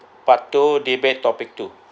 part two debate topic two